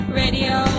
radio